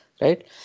Right